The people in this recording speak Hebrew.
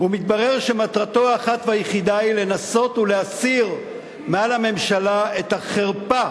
ומתברר שמטרתו האחת והיחידה היא לנסות ולהסיר מעל הממשלה את החרפה